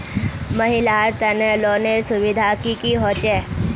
महिलार तने लोनेर सुविधा की की होचे?